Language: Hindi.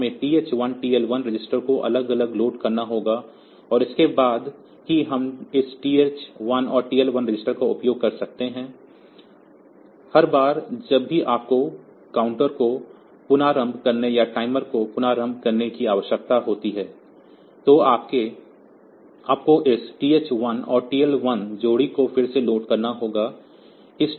तो हमें TH 1 और TL 1 रजिस्टर को अलग अलग लोड करना होगा और उसके बाद ही हम इस TH 1 और TL 1 रजिस्टर का उपयोग कर सकते हैं हर बार जब भी आपको काउंटर को पुनरारंभ करने या टाइमर को पुनरारंभ करने की आवश्यकता होती है तो आपको इस TH1 और TL1 जोड़ी को फिर से लोड करना होगा